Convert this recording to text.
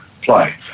play